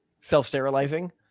self-sterilizing